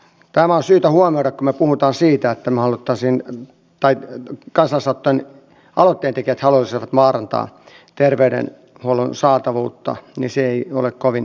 tämä on syytä huomioida kun me puhumme siitä että maalla tosin on tai kansa saattoi nyt kansalaisaloitteen tekijät haluaisivat vaarantaa terveydenhuollon saatavuutta se ei ole kovin perusteltua